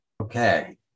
Okay